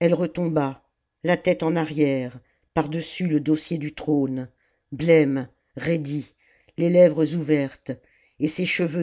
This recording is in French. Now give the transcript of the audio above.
elle retomba la tête en arrière par-dessus le dossier du trône blême raidie les lèvres ouvertes et ses cheveux